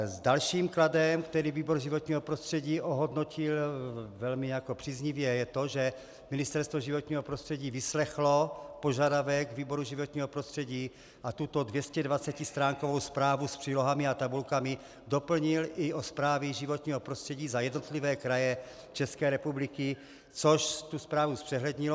Dalším kladem, který výbor pro životní prostředí ohodnotil velmi příznivě, je to, že Ministerstvo životního prostředí vyslechlo požadavek výboru pro životní prostředí a tuto 220stránkovou zprávu s přílohami a tabulkami doplnil i o zprávy životního prostředí za jednotlivé kraje České republiky, což zprávu zpřehlednilo.